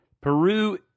Peru